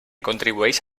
contribueix